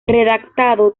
redactado